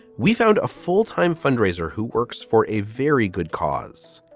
we found a full time fundraiser who works for a very good cause.